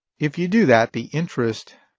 if you do that, the interest